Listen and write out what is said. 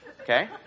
Okay